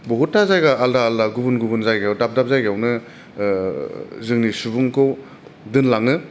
बहुथा जायगा आलदा आलदा गुबुन गुबुन जायगा दाब दाब जायगाआवनो बेवनो जोंनि सुबुंखौ दोनलाङो